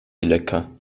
lecker